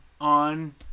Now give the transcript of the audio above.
on